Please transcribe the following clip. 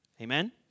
Amen